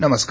नमस्कार